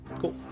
cool